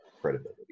credibility